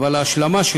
אבל ההשלמה,